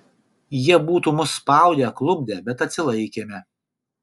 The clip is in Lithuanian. jie būtų mus spaudę klupdę bet atsilaikėme